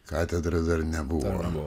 katedra dar nebuvo